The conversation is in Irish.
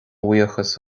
bhuíochas